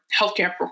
healthcare